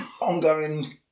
ongoing